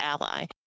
ally